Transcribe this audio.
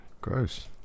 gross